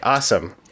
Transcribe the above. awesome